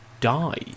die